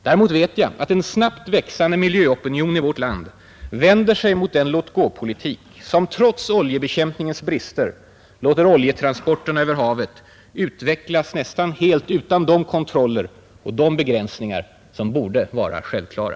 Däremot vet jag att en snabbt växande miljöopinion i vårt land vänder sig mot den låt-gå-politik som trots oljebekämpningens brister låter oljetransporterna över havet utvecklas utan de kontroller och de begränsningar som borde vara självklara.